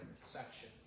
section